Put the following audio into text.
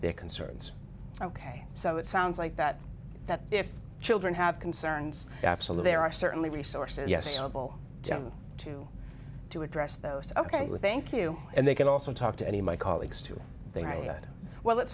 their concerns ok so it sounds like that that if children have concerns absolute there are certainly resources yes to to address those ok thank you and they can also talk to any of my colleagues to think well it